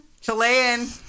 Chilean